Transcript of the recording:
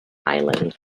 island